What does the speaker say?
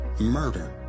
murder